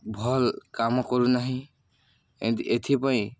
ଭଲ କାମ କରୁନାହିଁ ଏଥିପାଇଁ